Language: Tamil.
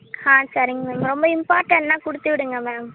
ஆ சரிங்க ரொம்ப இம்பார்ட்டன்னால் கொடுத்து விடுங்க மேம்